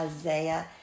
Isaiah